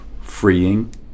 freeing